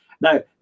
Now